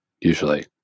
usually